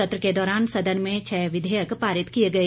सत्र के दौरान सदन में छह विधेयक पारित किए गए